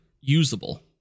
usable